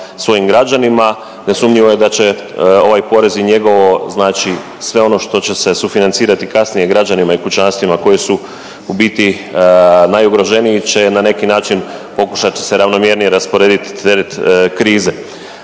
svojim građanima, nesumnjivo je da će ovaj porez i njegovo znači sve ono što će se sufinancirati kasnije građanima i kućanstvima koji su u biti najugroženiji će na neki način, pokušat će se ravnomjernije rasporedit teret